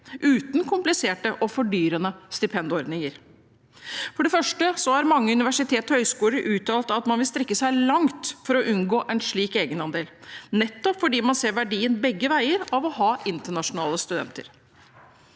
uten kompliserte og fordyrende stipendordninger. For det første har mange universiteter og høyskoler uttalt at man vil strekke seg langt for å unngå en slik egenandel, nettopp fordi man ser verdien begge veier av å ha internasjonale studenter.